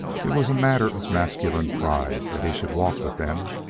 it was a matter of masculine pride that he should walk with them,